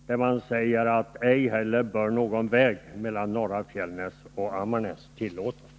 De säger där: ”Ej heller bör någon väg mellan Norra Fjällnäs och Ammarnäs tillåtas.”